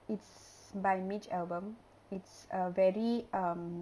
it's by mitch albom it's a very um